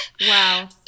Wow